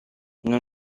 non